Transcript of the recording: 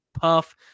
puff